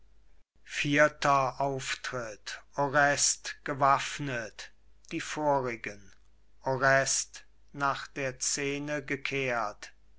vierter auftritt orest gewaffnet die vorigen orest nach der scene gekehrt